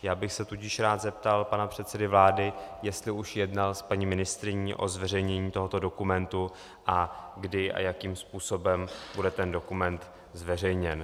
Já bych se tudíž rád zeptal pana předsedy vlády, jestli už jednal s paní ministryní o zveřejnění tohoto dokumentu a kdy a jakým způsobem bude ten dokument zveřejněn.